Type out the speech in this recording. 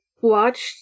watched